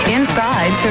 Inside